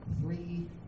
three